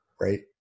right